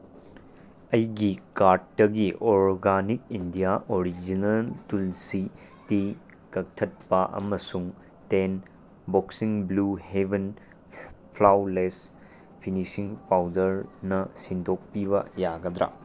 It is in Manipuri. ꯑꯩꯒꯤ ꯀꯥꯔꯠꯇꯒꯤ organic India original Tulsi tea ꯀꯛꯊꯠꯄ ꯑꯃꯁꯨꯡ ꯇꯦꯟ ꯕꯣꯛꯁꯤꯡ ꯕ꯭ꯂꯨ ꯍꯦꯕꯟ ꯐ꯭ꯂꯥꯎꯂꯦꯖ ꯐꯤꯅꯤꯁꯤꯡ ꯄꯥꯎꯗꯔꯅ ꯁꯤꯟꯗꯣꯛꯄꯤꯕ ꯌꯥꯒꯗ꯭ꯔꯥ